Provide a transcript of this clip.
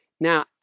Now